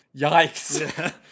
Yikes